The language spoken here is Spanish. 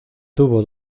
tuvo